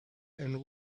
and